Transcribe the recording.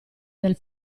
del